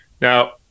Now